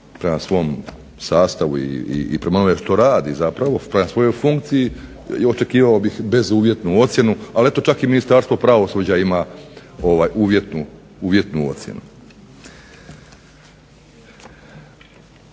prema svom sastavu i prema onome što radi zapravo, prema svojoj funkciji očekivao bih bezuvjetnu ocjenu. Ali eto čak i Ministarstvo pravosuđa ima uvjetnu ocjenu.